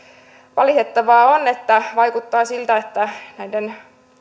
valitettavaa on että vaikuttaa siltä että näiden